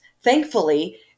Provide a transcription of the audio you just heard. Thankfully